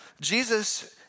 Jesus